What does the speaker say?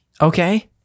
Okay